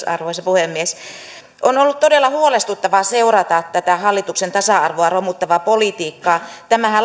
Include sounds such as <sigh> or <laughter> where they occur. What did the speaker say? <unintelligible> arvoisa puhemies on ollut todella huolestuttavaa seurata tätä hallituksen tasa arvoa romuttavaa politiikkaa tämä <unintelligible>